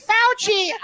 Fauci